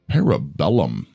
Parabellum